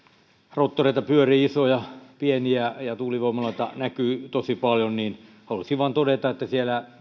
roottoreita pyörii isoja ja pieniä ja tuulivoimaloita näkyy tosi paljon ja halusin vain todeta että siellä